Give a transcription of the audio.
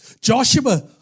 Joshua